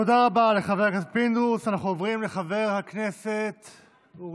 תודה רבה לחבר הכנסת פינדרוס.